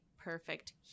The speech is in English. perfect